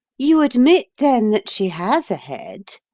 you admit, then, that she has a head?